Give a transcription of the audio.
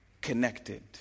connected